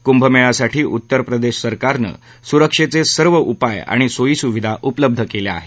कुंभमेळ्यासाठी उत्तरप्रदेश सरकारनं सुरक्षेचे सर्व उपाय आणि सोईसुविधा उपलब्ध केल्या आहेत